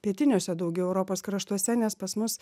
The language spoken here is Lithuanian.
pietiniuose daugiau europos kraštuose nes pas mus